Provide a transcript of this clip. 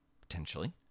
Potentially